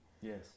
Yes